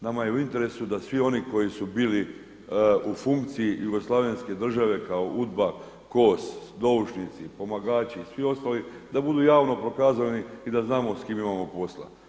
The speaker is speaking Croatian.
Nama je u interesu da svi oni koji su bili u funkciji Jugoslavenske države kao UDBA, KOS, doušnici, pomagači i svi ostali da budu javno prokazani i da znamo s kime imamo posla.